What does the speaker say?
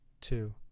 two